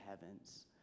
heavens